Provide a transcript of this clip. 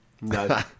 no